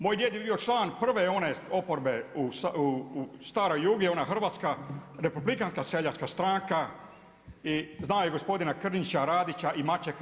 Moj djed je bio član prve one oporbe u staroj Jugi, ona Hrvatska republikanska seljačka stranka i zna i gospodina Krnića, Radića i Mačeka.